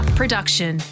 production